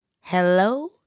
Hello